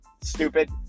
stupid